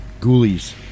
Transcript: Ghoulies